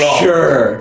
sure